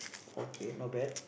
okay not bad